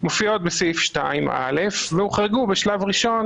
מופיעות בסעיף 2(א) והוחרגו בשלב ראשון